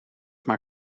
maar